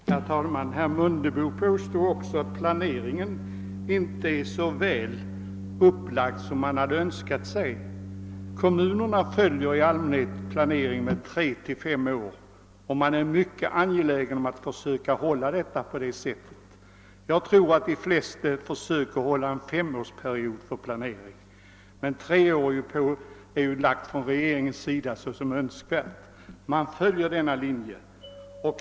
Herr talman! Herr Mundebo påstår att planeringen av bostadsbyggandet inte är så väl upplagd som man skulle önska. Kommunerna gör i allmänhet upp sin planering för perioder på tre— fem år. Man är också mycket angelägen om att försöka följa denna uppläggning. Jag tror att de flesta kommuner försöker tillämpa femårsperioder för planeringen, men det har från regeringshåll uttalats önskemål om treåriga perioder och man följer denna linje.